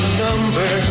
number